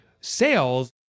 sales